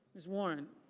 ms. warren.